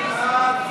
ההצעה להעביר את